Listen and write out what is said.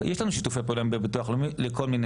יש לנו שיתופי פעולה עם המוסד לביטוח לאומי בכל מיני